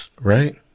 Right